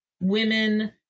women